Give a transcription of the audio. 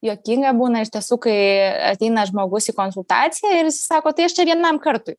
juokinga būna iš tiesų kai ateina žmogus į konsultaciją ir jisai sako tai aš čia vienam kartui